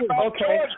Okay